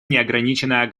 неограниченное